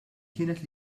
kienet